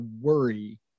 worry